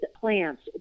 plants